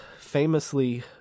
famously